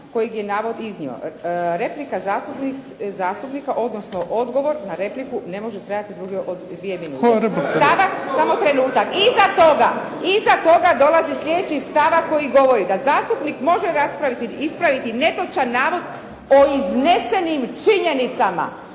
kojeg je navod iznio. Replika zastupnika, odnosno odgovor na repliku ne može trajati dulje od dvije minute. Samo trenutak. Iza toga dolazi slijedeći stavak koji govori da zastupnik može raspraviti, ispraviti netočan navod o iznesenim činjenicama,